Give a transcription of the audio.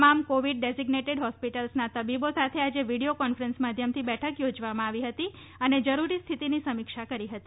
તમામ covid dedicated હોસ્પિટલ્સના તબીબો સાથે આજે વિડીયો કોન્ફરન્સ માધ્યમથી બેઠક યોજવામાં આવી હતી અને જરૂરી સ્થિતિની સમીક્ષા કરી હતી